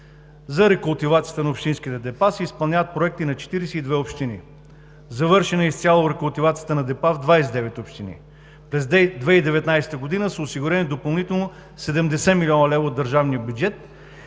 За рекултивацията на общинските депа се изпълняват проекти на 42 общини. Завършена е изцяло рекултивацията на депа в 29 общини. През 2019 г. са осигурени допълнително 70 млн. лв. от държавния бюджет